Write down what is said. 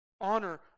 Honor